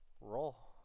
Roll